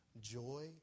joy